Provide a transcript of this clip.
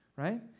right